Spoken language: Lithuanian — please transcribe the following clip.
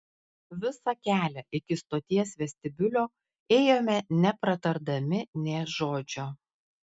visą kelią iki stoties vestibiulio ėjome nepratardami nė žodžio